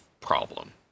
problem